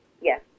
Yes